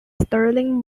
sterling